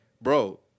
bro